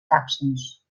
tàxons